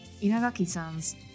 inagaki-san's